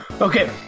okay